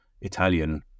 Italian